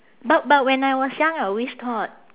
but but when I was young I always thought